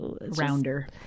rounder